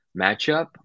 matchup